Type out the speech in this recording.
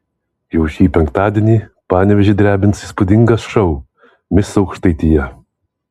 jau šį penktadienį panevėžį drebins įspūdingas šou mis aukštaitija